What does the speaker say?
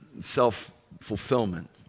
self-fulfillment